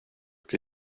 que